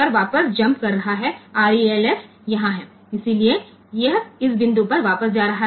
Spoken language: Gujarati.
જેમ કે અહીં તે આ Rels પર પાછું જમ્પ કરી રહ્યું છે